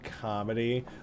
comedy